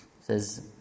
says